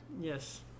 Yes